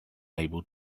able